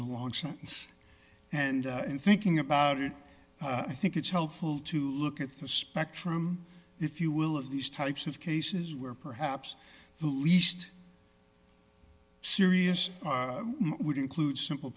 long sentence and in thinking about it i think it's helpful to look at the spectrum if you will of these types of cases where perhaps the least serious would include simple